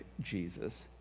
Jesus